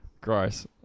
Gross